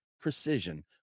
precision